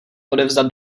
odevzdat